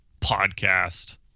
podcast